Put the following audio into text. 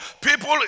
People